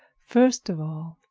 first of all,